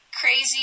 crazy